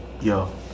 yo